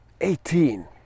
eighteen